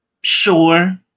Sure